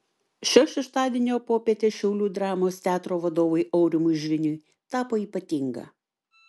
šio šeštadienio popietė šiaulių dramos teatro vadovui aurimui žviniui tapo ypatinga